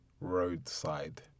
Roadside